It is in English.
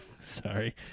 Sorry